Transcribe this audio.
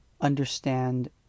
understand